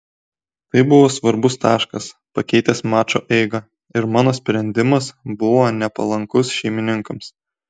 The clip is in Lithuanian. tai buvo svarbus taškas pakeitęs mačo eigą ir mano sprendimas buvo nepalankus šeimininkams